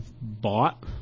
bought